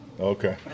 Okay